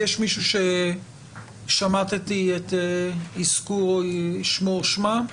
יש מישהו ששמטתי את אזכור שמו או שמה?